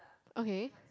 okay